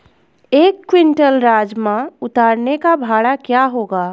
एक क्विंटल राजमा उतारने का भाड़ा क्या होगा?